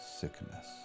sickness